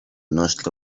nostre